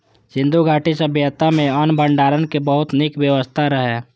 सिंधु घाटी सभ्यता मे अन्न भंडारण के बहुत नीक व्यवस्था रहै